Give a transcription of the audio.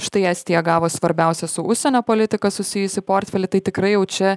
štai estija gavo svarbiausią su užsienio politika susijusį portfelį tai tikrai jau čia